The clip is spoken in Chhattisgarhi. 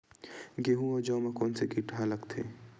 गेहूं अउ जौ मा कोन से कीट हा लगथे?